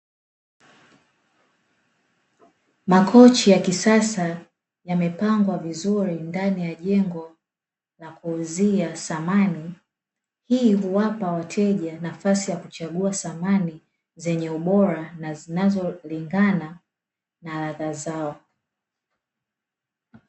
Makochi ya kisasa yamepangwa vizuri ndani ya jengo la kuuzia samani. Hii huwapa wateja nafasi ya kuchagua samani zenye ubora na zinazolingana na ladha zao.